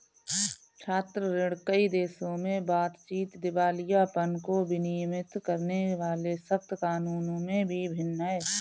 छात्र ऋण, कई देशों में बातचीत, दिवालियापन को विनियमित करने वाले सख्त कानूनों में भी भिन्न है